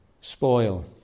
spoil